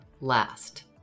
last